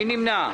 מי נמנע?